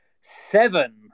seven